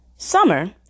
Summer